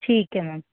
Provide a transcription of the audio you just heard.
ਠੀਕ ਹੈ ਮੈਮ